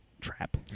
trap